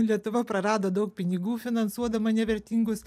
lietuva prarado daug pinigų finansuodama nevertingus